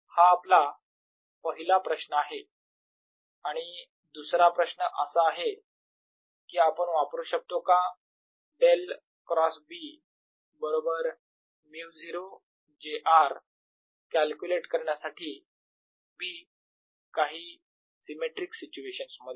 हा आपला पहिला प्रश्न आहे आणि दुसरा प्रश्न असा आहे की आपण वापरू शकतो का डेल क्रॉस B बरोबर μ0 j r कॅल्क्युलेट करण्यासाठी B काही सिमेट्रिक सिच्युएशन्स मध्ये